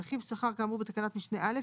(ב) רכיב שכר כאמור בתקנת משנה (א),